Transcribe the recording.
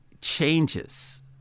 changes